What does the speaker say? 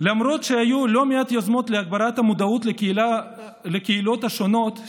למרות שהיו לא מעט יוזמות להגברת המודעות לקהילות השונות,